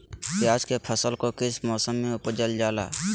प्याज के फसल को किस मौसम में उपजल जाला?